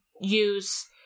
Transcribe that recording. use